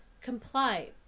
Comply